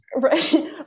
right